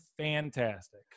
fantastic